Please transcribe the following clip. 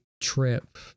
trip